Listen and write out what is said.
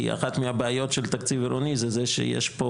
כי אחת מהבעיות של תקציב עירוני היא זה שיש פה